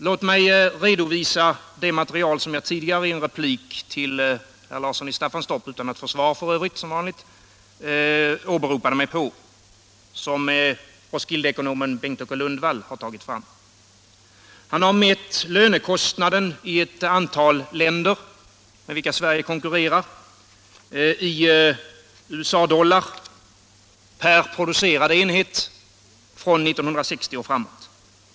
Låt mig redovisa det material som jag tidigare åberopade i en replik till herr Larsson i Staffanstorp — som vanligt utan att få svar — och som Aalborgekonomen Bengt-Åke Lundvall har tagit fram. Han har mätt lönekostnaden i ett antal länder, med vilka Sverige konkurrerar, i USA dollar per producerad enhet från 1960 och framåt.